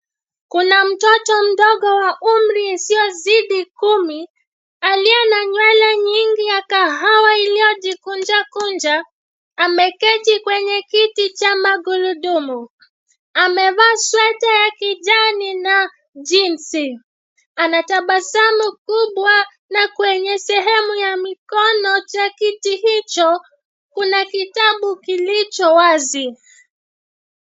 Kuna mtoto mdogo wa umri isiyozidi kumi, aliye na nywele nyingi ya kahawa iliyojikunjakunja. Ameketi kwenye kiti cha magurudumu. Amevaa sweta ya kijani, na jinzi. Ana tabasamu kubwa, na kwenye sehemu ya mikono cha kiti hicho, kuna kitabu kilicho wazi.